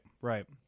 right